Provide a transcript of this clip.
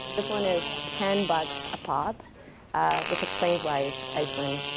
this one is ten bucks a pop which explains why iceland?